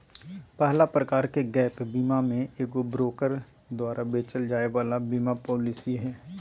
पहला प्रकार के गैप बीमा मे एगो ब्रोकर द्वारा बेचल जाय वाला बीमा पालिसी हय